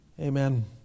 Amen